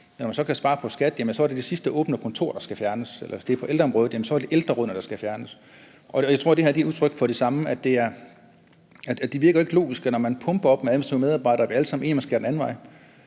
Når man så kan spare på skat, er det det sidste åbne kontor, der skal fjernes, og hvis det er på ældreområdet, er det ældrerådene, der skal fjernes. Og jeg tror, at det her er et udtryk for det samme. Det virker ikke logisk, når man pumper det op med administrative medarbejdere, og vi alle sammen ved, vi skal den anden vej,